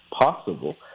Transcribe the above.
possible